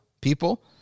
people